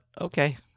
okay